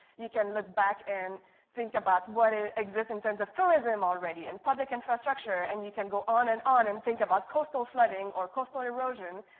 you can look back and think about what ah exists in terms of tourism already. and public infrastructure and you can go on and on and think about coastal flooding or coastal erosion.